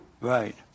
Right